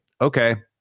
okay